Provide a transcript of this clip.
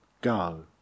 Go